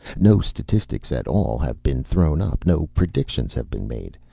no statistics at all have been thrown up no predictions have been made.